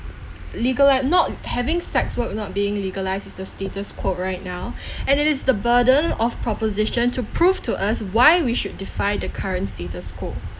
legali~ not having sex work not being legalise is the status quo right now and it is the burden of proposition to prove to us why we should defy the current status quo